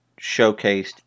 showcased